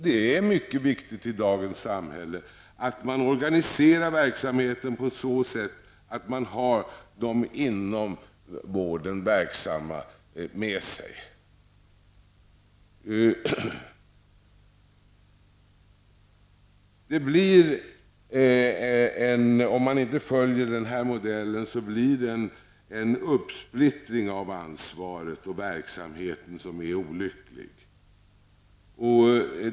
Det är viktigt i dagens samhälle att organisera verksamheten på ett sådant sätt att man får de inom vården verksamma med sig. Men om man inte följer den av oss föreslagna modellen blir det en uppsplittring av ansvaret och verksamheten, som är olycklig.